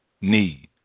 need